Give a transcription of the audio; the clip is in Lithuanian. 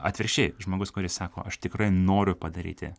atvirkščiai žmogus kuris sako aš tikrai noriu padaryti